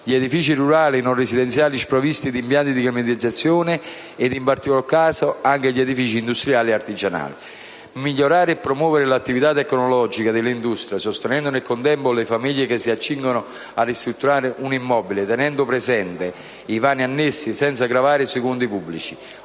gli edifici rurali non residenziali sprovvisti di impianti di climatizzazione e, in particolari casi, anche gli edifici industriali e artigianali. Si tratta di migliorare e promuovere l'attività tecnologica delle industrie, sostenendo nel contempo le famiglie che si accingono a ristrutturare un immobile, tenendo presenti i vari annessi, senza gravare sui conti pubblici.